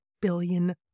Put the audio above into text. billion